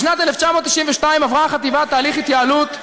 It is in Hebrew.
בשנת 1992 עברה החטיבה תהליך התייעלות,